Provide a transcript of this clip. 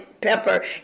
pepper